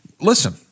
Listen